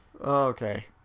Okay